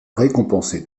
récompensé